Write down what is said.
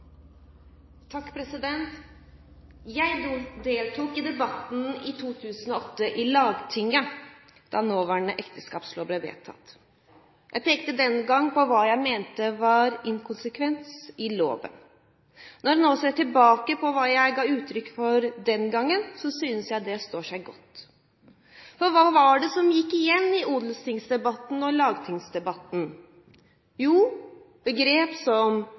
Jeg deltok i debatten i 2008 i Lagtinget da nåværende ekteskapslov ble vedtatt. Jeg pekte den gang på hva jeg mente var inkonsekvens i loven. Når jeg nå ser tilbake på hva jeg ga uttrykk for den gangen, synes jeg det står seg godt. Hva var det som gikk igjen i odelstingsdebatten og lagtingsdebatten? Jo, begrep som